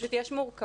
פשוט יש מורכבות